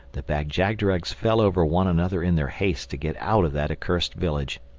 the bag-jagderags fell over one another in their haste to get out of that accursed village.